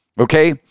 okay